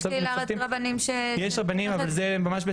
ש רבנים אבל זה ממש,